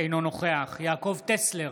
אינו נוכח יעקב טסלר,